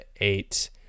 eight